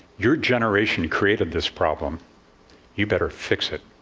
your generation created this problem you'd better fix it.